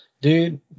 Dude